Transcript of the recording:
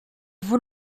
vous